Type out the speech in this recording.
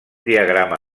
diagrama